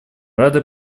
рады